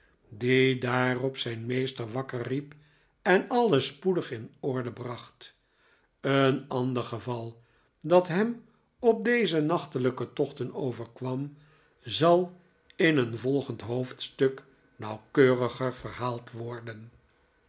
die daarop zijn meester wakker riep en alles spoedig in orde bracht een ander geval dat hem op deze nachtelijke tochten overkwam zal in een volgend hoofdstuk nauwkeuriger verhaald worden